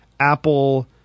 Apple